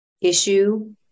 issue